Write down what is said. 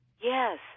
Yes